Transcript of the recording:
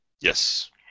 Yes